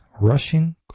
rushing